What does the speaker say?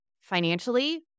financially